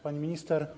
Pani Minister!